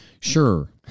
Sure